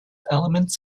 elements